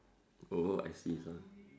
oh I see